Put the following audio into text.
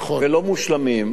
ולא מושלמים,